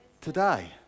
today